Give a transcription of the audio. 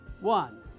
One